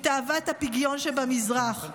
עם תאוות הפגיון שבמזרח.